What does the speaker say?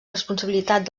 responsabilitat